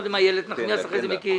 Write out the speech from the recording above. איילת נחמיאס, אחרי זה מיקי.